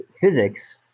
physics